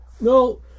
No